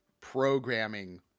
programming